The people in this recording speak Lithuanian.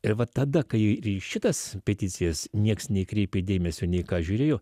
ir va tada kai ir į šitas peticijas nieks nekreipė dėmesio nei ką žiūrėjo